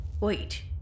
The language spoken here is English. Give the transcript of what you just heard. Wait